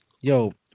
yo